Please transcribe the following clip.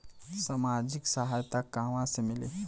सामाजिक सहायता कहवा से मिली?